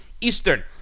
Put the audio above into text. Eastern